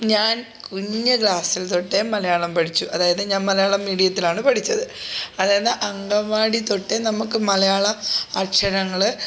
ഞാൻ കുഞ്ഞു ക്ലാസ്സിൽ തൊട്ടേ മലയാളം പഠിച്ചു അതായത് ഞാൻ മലയാളം മീഡിയത്തിലാണ് പഠിച്ചത് അതായത് അങ്കനവാടിയിൽ തൊട്ടേ നമുക്ക് മലയാള അക്ഷരങ്ങൾ